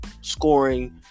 scoring